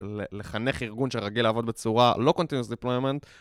לחנך ארגון שרגיל לעבוד בצורה לא Continuous Deployment